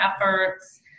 efforts